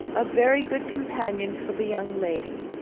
a very good companion for the young lady,